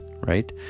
right